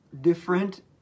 different